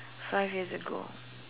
five years ago